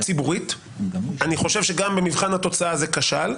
הציבורית, אני חושב שגם במבחן התוצאה זה כשל.